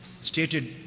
Stated